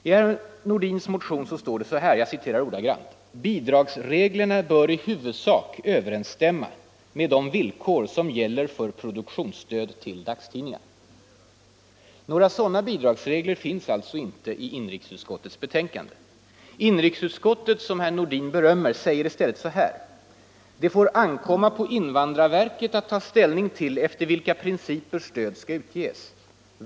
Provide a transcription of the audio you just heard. I herr Nordins motion står det: ”Bidragsreglerna bör i huvudsak överensstämma med de villkor som gäller för produktionsstöd till dagstidningar —-—-=—-.” Några sådana bidragsregler finns inte i inrikesutskottets betänkande. Inrikesutskottet, som herr Nordin berömmer, säger i stället så här: ”Det får ankomma på invandrarverket att ta ställning till efter vilka principer stöd skall utges.